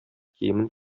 киемен